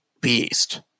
beast